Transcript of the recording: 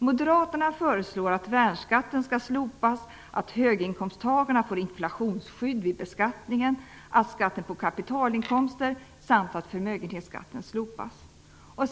Moderaterna föreslår att värnskatten skall slopas, att höginkomsttagarna skall få inflationsskydd vid beskattningen och att skatten på kapitalinkomster samt förmögenhetsskatten skall slopas.